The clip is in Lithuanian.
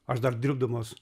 aš dar dirbdamas